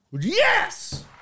Yes